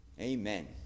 Amen